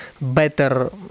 better